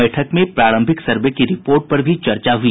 बैठक में प्रारंभिक सर्वे की रिपोर्ट पर भी चर्चा हुई